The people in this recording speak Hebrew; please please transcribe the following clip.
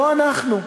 לא אנחנו.